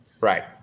Right